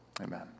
Amen